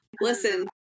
Listen